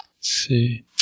see